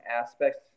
aspects